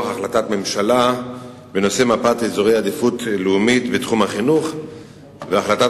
החלטת ממשלה בנושא מפת עדיפות לאומית בתחום החינוך והחלטת